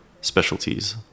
specialties